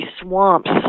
swamps